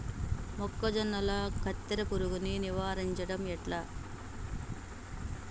మొక్కజొన్నల కత్తెర పురుగుని నివారించడం ఎట్లా?